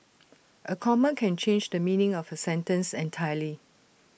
A comma can change the meaning of A sentence entirely